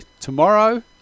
tomorrow